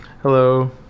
Hello